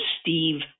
Steve